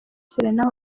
serena